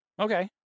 Okay